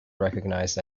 recognized